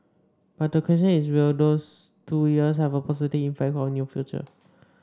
but the question is will these two years have a positive impact on your future